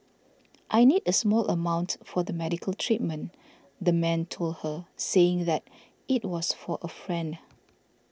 I need a small amount for the medical treatment the man told her saying that it was for a friend